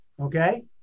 Okay